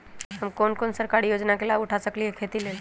हम कोन कोन सरकारी योजना के लाभ उठा सकली ह खेती के लेल?